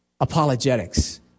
apologetics